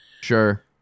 Sure